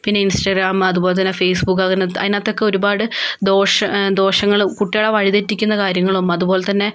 പിന്നെ ഇൻസ്റ്റാഗ്രാം അതുപോലെതന്നെ ഫേസ്ബുക്ക് അതിന അതിനകത്തൊക്കെ ഒരുപാട് ദോഷ ദോഷങ്ങളും കുട്ടികളെ വഴിതെറ്റിക്കുന്ന കാര്യങ്ങളും അതുപോലെതന്നെ